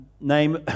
name